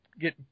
get